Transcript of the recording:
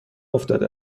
افتاده